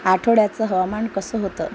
आठवड्याचं हवामान कसं होतं